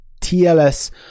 tls